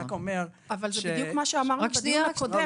אבל זה בדיוק מה שאמרנו בדיון הקודם,